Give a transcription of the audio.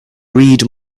read